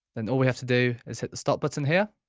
then all we have to do is hit the stop button here